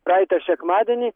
praeitą sekmadienį